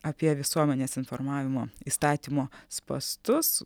apie visuomenės informavimo įstatymo spąstus